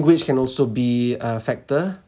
language can also be a factor